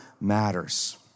matters